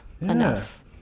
enough